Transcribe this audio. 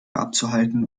abzuhalten